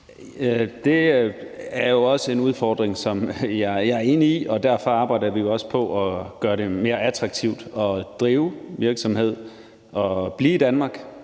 Det er jo også en udfordring, som jeg er enig i, og derfor arbejder vi også på at gøre det mere attraktivt at drive virksomhed og blive i Danmark.